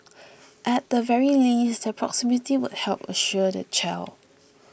at the very least their proximity would help reassure their child